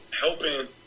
helping